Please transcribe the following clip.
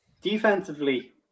defensively